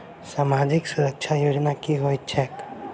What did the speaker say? सामाजिक सुरक्षा योजना की होइत छैक?